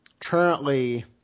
Currently